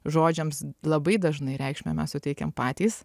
žodžiams labai dažnai reikšmę mes suteikiam patys